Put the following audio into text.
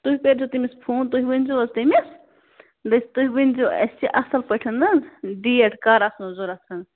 تہۍ کٔرۍزیٚو تٔمِس فون تُہۍ ؤنۍزیٚو حظ تٔمِس دٔپۍزٮ۪و اَسہِ چھِ اَصٕل پٲٹھۍ نا ڈیٹ کَر آسنَو ضروٗرت